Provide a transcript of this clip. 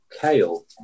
kale